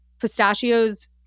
pistachios